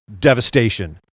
devastation